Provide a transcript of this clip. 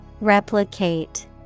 Replicate